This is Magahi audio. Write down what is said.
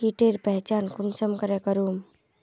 कीटेर पहचान कुंसम करे करूम?